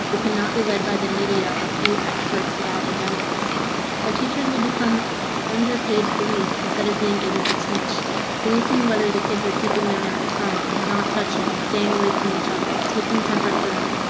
we cannot be led by the media or few experts without agendas are teachers will become underpaid police instead of being able to teach policing whether the kids are keeping their masks on, not touching, and staying away from each other, taking temperatures.